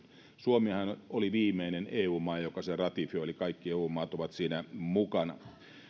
suomihan oli viimeinen eu maa joka sen ratifioi eli kaikki eu maat ovat siinä mukana